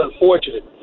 unfortunate